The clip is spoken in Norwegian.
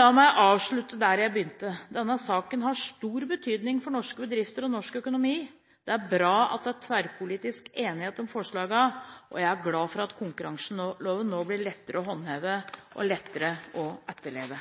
La meg avslutte der jeg begynte. Denne saken har stor betydning for norske bedrifter og norsk økonomi. Det er bra at det er tverrpolitisk enighet om forslagene, og jeg er glad for at konkurranseloven nå blir lettere å håndheve og lettere å etterleve.